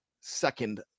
second